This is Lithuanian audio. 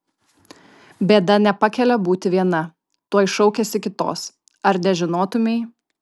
bėda nepakelia būti viena tuoj šaukiasi kitos ar nežinotumei